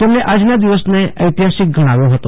તેમને આજના દિવસને ઐતિહાસિક ગણાવ્યો હતો